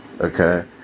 Okay